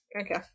okay